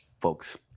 folks